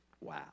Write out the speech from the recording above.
Wow